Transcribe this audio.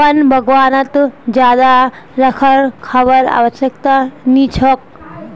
वन बागवानीत ज्यादा रखरखावेर आवश्यकता नी छेक